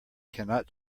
cannot